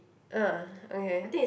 ah okay